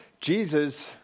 Jesus